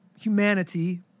humanity